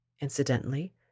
incidentally